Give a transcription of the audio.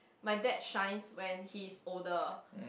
my dad shines when he is older